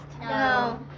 No